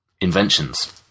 Inventions